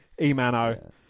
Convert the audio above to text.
E-Mano